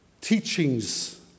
teachings